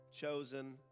chosen